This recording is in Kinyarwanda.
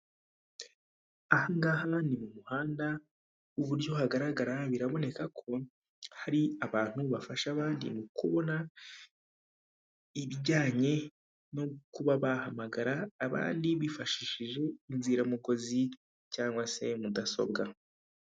Aha ngaha ni mu muhanda uburyo hagaragara biraboneka ko hari abantu bafasha abandi mu kubona ibijyanye no kuba bahamagara abandi bifashishije inziramugozi cyangwa se mudasobwa.